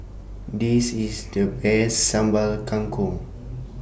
This IS The Best Sambal Kangkong